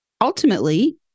ultimately